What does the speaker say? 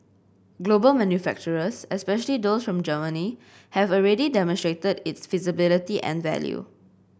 global manufacturers especially those from Germany have already demonstrated its feasibility and value